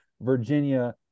Virginia